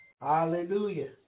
Hallelujah